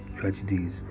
tragedies